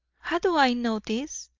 how do i know this?